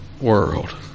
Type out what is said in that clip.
world